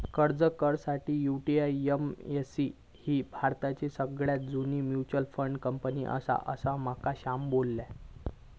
अर्ज कर साठी, यु.टी.आय.ए.एम.सी ही भारताची सगळ्यात जुनी मच्युअल फंड कंपनी आसा, असा माका श्याम बोललो